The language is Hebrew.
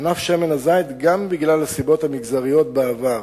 ענף שמן הזית, גם בגלל הסיבות המגזריות בעבר,